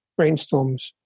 Brainstorms